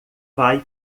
vai